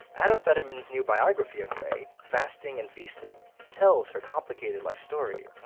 adam federman's new biography of gray, fasting and feasting, tells her complicated life story.